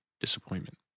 disappointment